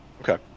Okay